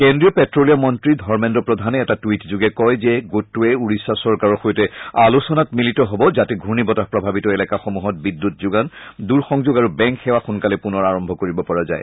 কেন্দ্ৰীয় পেটলিয়াম মন্ত্ৰী ধৰ্মেদ্ৰ প্ৰধানে এটা টুইট যোগে কয় যে এই গোটটোৱে ওড়িশা চৰকাৰৰ সৈতে আলোচনাত মিলিত হ'ব যাতে ঘূৰ্ণিবতাহ প্ৰভাৱিত এলেকাসমূহত বিদ্যুৎ যোগান দূৰসংযোগ আৰু বেংক সেৱা সোনকালে পুনৰ আৰম্ভ কৰিব পৰা যায়